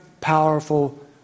powerful